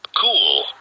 Cool